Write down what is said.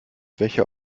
welcher